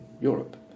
Europe